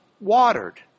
watered